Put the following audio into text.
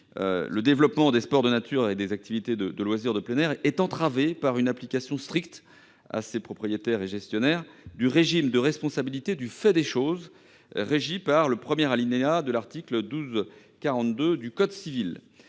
le développement des sports de nature et des activités de loisirs de plein air est entravé par une application stricte, à l'encontre des propriétaires et gestionnaires de ces sites, du régime de responsabilité du fait des choses régi par le premier alinéa de l'article 1242 du code civil.